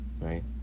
Right